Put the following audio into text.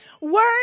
word